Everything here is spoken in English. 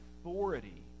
authority